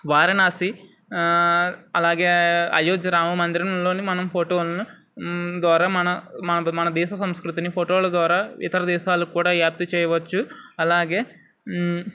వారణాసి అలాగే అయోధ్య రామ మందిరంలోని మనం ఫోటోలను ద్వారా మన మన మన దేశ సంస్కృతిని ఫోటోల ద్వారా ఇతర దేశాల కూడా వ్యాప్తి చేయవచ్చు అలాగే